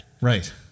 Right